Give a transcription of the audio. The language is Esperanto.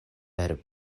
per